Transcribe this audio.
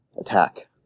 attack